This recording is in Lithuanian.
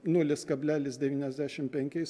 nulis kablelis devyniasdešim penkiais